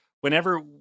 whenever